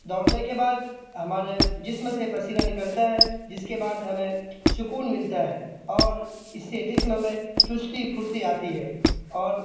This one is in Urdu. دوڑنے کے بعد ہمارے جسم سے پسینہ نکلتا ہے جس کے بعد ہمیں سکون ملتا ہے اور اس سے جسم میں چستی پھرتی آتی ہے اور